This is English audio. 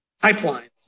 pipeline